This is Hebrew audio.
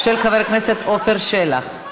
של חבר הכנסת עפר שלח.